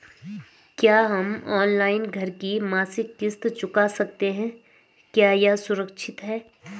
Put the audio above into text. क्या हम ऑनलाइन घर की मासिक किश्त चुका सकते हैं क्या यह सुरक्षित है?